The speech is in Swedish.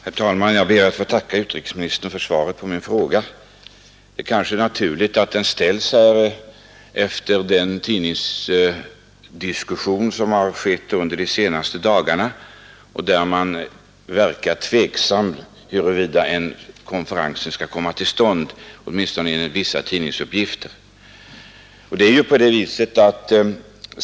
Herr talman! Jag ber att få tacka utrikesministern för svaret på min fråga. Det kanske är naturligt att den ställs här efter den tidningsdiskussion som pågått under de senaste dagarna, där det åtminstone av vissa tidningsuppgifter har verkat ovisst huruvida konferensen skall komma till stånd.